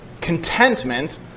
contentment